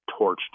torched